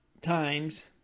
times